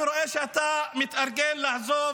אני רואה שאתה מתארגן לעזוב,